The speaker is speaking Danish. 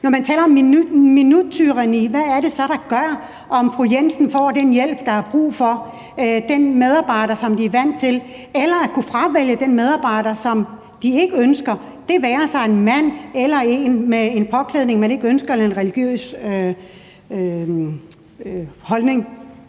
Når man taler om minuttyranni, hvad er det så, der gør, at fru Jensen og andre får den hjælp, der er brug for, den medarbejder, som de er vant til, eller muligheden for at kunne fravælge den medarbejder, som de ikke ønsker – det være sig en mand eller en med en påklædning eller religiøs holdning,